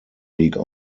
league